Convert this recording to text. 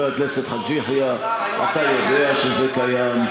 הוא לא קיים.